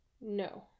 No